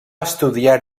estudiar